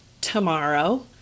tomorrow